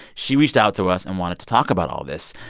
she reached out to us and wanted to talk about all this.